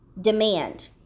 demand